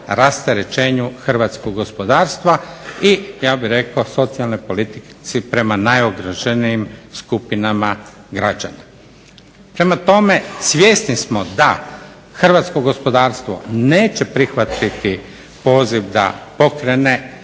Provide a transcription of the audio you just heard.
hrvatsko gospodarstvo neće prihvatiti poziv da pokrene